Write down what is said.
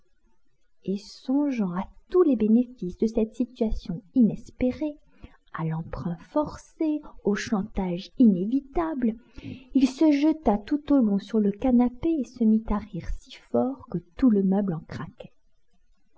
et songeant à tous les bénéfices de cette situation inespérée à l'emprunt forcé au chantage inévitable il se jeta tout au long sur le canapé et se mit à rire si fort que tout le meuble en craquait